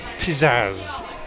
pizzazz